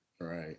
right